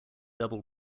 double